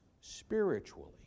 spiritually